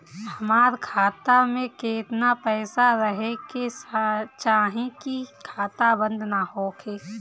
हमार खाता मे केतना पैसा रहे के चाहीं की खाता बंद ना होखे?